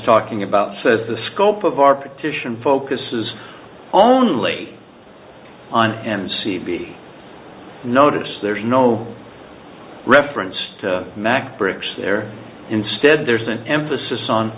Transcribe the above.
talking about says the scope of our petition focuses only on and c b notice there is no reference to mac bricks there instead there is an emphasis on